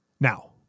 Now